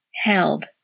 Held